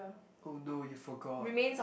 oh no you forgot